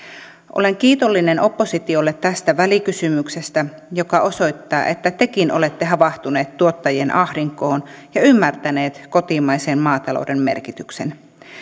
olen kiitollinen oppositiolle tästä välikysymyksestä joka osoittaa että tekin olette havahtuneet tuottajien ahdinkoon ja ymmärtäneet kotimaisen maatalouden merkityksen